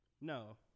No